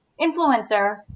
influencer